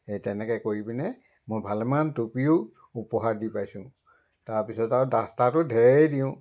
এই তেনেকৈ কৰি পিনে মই ভালেমান টুপিও উপহাৰ দি পাইছোঁ তাৰপিছত আৰু দাস্তাৰটো ঢেৰ দিওঁ